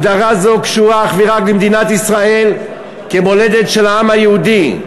הגדרה זאת קשורה אך ורק בארץ-ישראל כמולדת של העם היהודי.